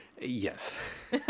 Yes